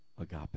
Agape